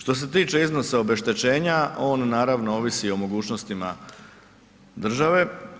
Što se tiče iznosa obeštećenja on naravno ovisi o mogućnostima države.